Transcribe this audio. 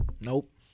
nope